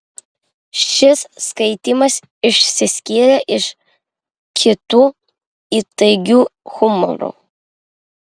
šis skaitymas išsiskyrė iš kitų įtaigiu humoru